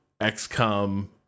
XCOM